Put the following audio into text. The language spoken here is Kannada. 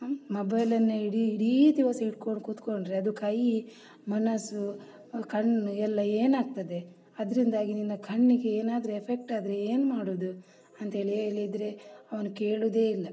ಮೊಬೈಲನ್ನೇ ಇಡೀ ಇಡೀ ದಿವಸ ಹಿಡ್ಕೊಂಡು ಕೂತ್ಕೊಂಡ್ರೆ ಅದು ಕೈ ಮನಸ್ಸು ಕಣ್ಣು ಎಲ್ಲ ಏನಾಗ್ತದೆ ಅದರಿಂದಾಗಿ ನಿನ್ನ ಕಣ್ಣಿಗೆ ಏನಾದರೂ ಎಫೆಕ್ಟಾದರೆ ಏನು ಮಾಡುವುದು ಅಂಥೇಳಿ ಹೇಳಿದರೆ ಅವನು ಕೇಳುವುದೇ ಇಲ್ಲ